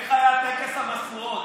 איך היה טקס המשואות?